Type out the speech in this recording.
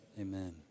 Amen